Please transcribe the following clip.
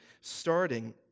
starting